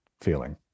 feeling